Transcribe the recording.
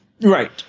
Right